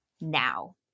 now